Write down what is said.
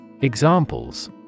Examples